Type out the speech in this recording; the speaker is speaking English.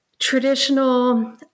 traditional